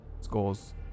scores